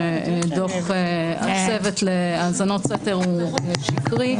שדוח הצוות להאזנות סתר הוא שקרי,